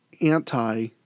anti